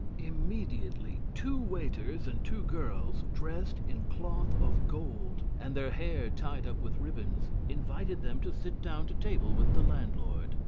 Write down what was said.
immediately two waiters and two girls, dressed in cloth of gold, and their hair tied up with ribbons, invited them to sit down to table with the landlord.